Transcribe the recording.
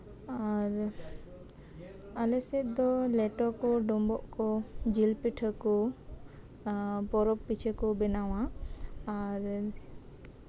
ᱟᱨ ᱟᱞᱮ ᱥᱮᱜ ᱫᱚ ᱞᱮᱴᱚ ᱠᱚ ᱰᱩᱢᱵᱩᱜ ᱠᱚ ᱡᱤᱞ ᱯᱤᱴᱷᱟᱹ ᱠᱚ ᱯᱚᱨᱚᱵᱽ ᱯᱤᱪᱷᱟᱹ ᱠᱚ ᱵᱮᱱᱟᱣᱟ ᱟᱨ